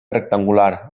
rectangular